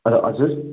hello हजुर